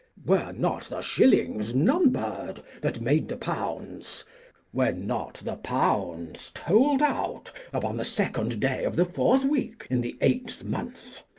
were not the shillings number'd, that made the pounds were not the pounds told out, upon the second day of the fourth week, in the eighth month,